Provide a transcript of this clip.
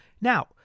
Now